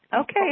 Okay